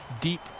deep